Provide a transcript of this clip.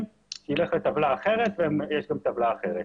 שילך לטבלה אחרת ויש גם טבלה אחרת.